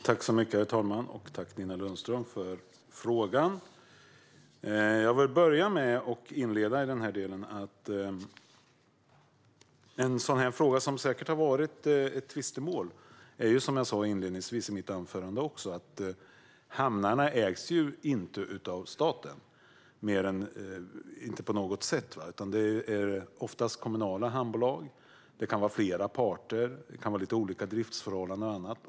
Herr talman! Tack, Nina Lundström, för frågan! Jag vill inleda denna del med det jag också sa i mitt anförande: En fråga som säkert har varit ett tvistemål är att hamnarna inte på något sätt ägs av staten. De ägs oftast av kommunala hamnbolag, och det kan vara flera parter, lite olika driftsförhållanden och annat.